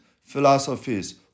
philosophies